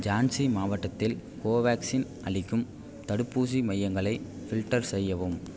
ஜான்சி மாவட்டத்தில் கோவேக்சின் அளிக்கும் தடுப்பூசி மையங்களை ஃபில்டர் செய்யவும்